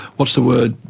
what's the word,